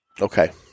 Okay